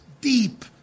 deep